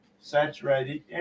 saturated